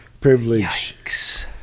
privilege